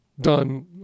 done